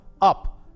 up